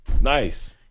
nice